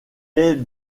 est